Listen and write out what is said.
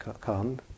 come